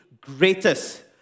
greatest